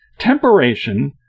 Temperation